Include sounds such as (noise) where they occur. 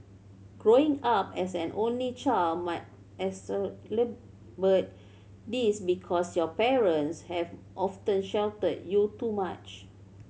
growing up as an only child might (unintelligible) this because your parents have often sheltered you too much